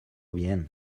bien